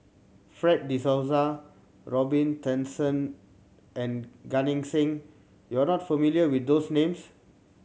Fred De Souza Robin Tessensohn and Gan Eng Seng you are not familiar with those names